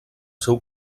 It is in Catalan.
seu